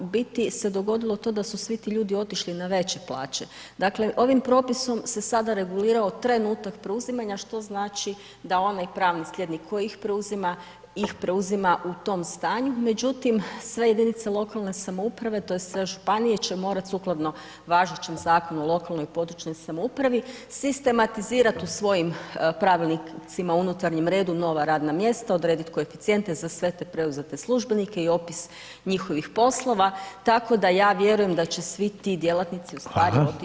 U biti se dogodilo to da su svi ti ljudi otišli na veće plaće, dakle ovim propisom se sada reguirao trenutak preuzimanja što znači da onaj pravni slijednik koji ih preuzima, ih preuzima u tom stanju, međutim sve jedinice lokalne samouprave tj. županije će morat sukladno važećem Zakonu o lokalnoj i područnoj samoupravi sistematizirat u svojim pravilnicima u unutarnjem redu nova radna mjesta odredit koeficijente za sve te preuzete službenike i opis njihovih poslova, tako da ja vjerujem da će svi ti djelatnici u stvari otići na veće plaće.